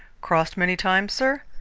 crossed many times, sir?